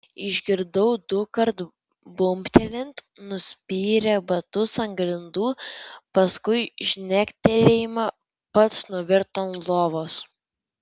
išgirdau dukart bumbtelint nuspyrė batus ant grindų paskui žnektelėjimą pats nuvirto ant lovos